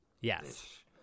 Yes